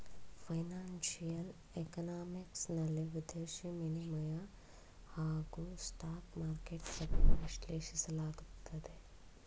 financial economics ನಲ್ಲಿ ವಿದೇಶಿ ವಿನಿಮಯ ಹಾಗೂ ಸ್ಟಾಕ್ ಮಾರ್ಕೆಟ್ ಬಗ್ಗೆ ವಿಶ್ಲೇಷಿಸಲಾಗುತ್ತದೆ